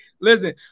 Listen